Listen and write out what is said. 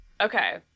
Okay